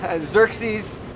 Xerxes